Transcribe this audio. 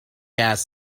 ass